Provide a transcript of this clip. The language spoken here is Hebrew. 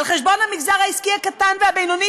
על חשבון המגזר העסקי הקטן והבינוני,